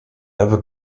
never